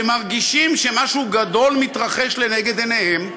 שמרגישים שמשהו גדול מתרחש לנגד עיניהם: